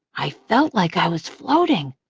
i felt like i was floating.